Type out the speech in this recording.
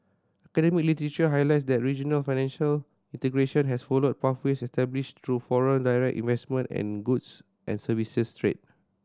literature highlights that regional financial integration has followed pathways established through foreign direct investment and goods and services trade